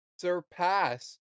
surpass